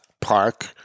Park